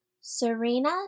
Serena